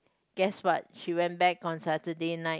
guess what she went back on Saturday night